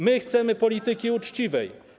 My chcemy polityki uczciwej.